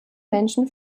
menschen